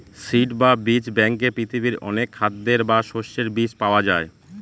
seed বা বীজ ব্যাঙ্কে পৃথিবীর অনেক খাদ্যের বা শস্যের বীজ পাওয়া যায়